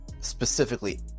specifically